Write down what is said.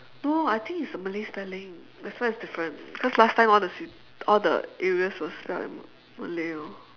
no I think it's the malay spelling that's why it's different cause last time all the all the areas were spelled in malay orh